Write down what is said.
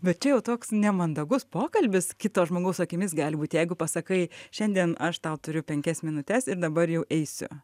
bet čia jau toks nemandagus pokalbis kito žmogaus akimis gali būt jeigu pasakai šiandien aš tau turiu penkias minutes ir dabar jau eisiu